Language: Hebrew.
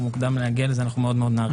מוקדם להגיע לזה אנחנו מאוד מאוד נעריך.